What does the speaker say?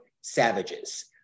savages